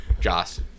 Joss